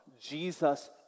Jesus